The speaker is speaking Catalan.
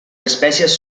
espècies